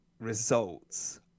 results